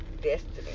destiny